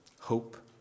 Hope